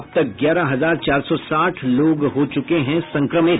अब तक ग्यारह हजार चार सौ साठ लोग हो चुके हैं संक्रमित